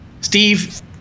Steve